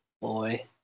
boy